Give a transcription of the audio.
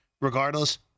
regardless